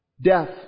death